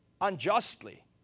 unjustly